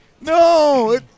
No